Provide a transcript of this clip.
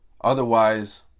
Otherwise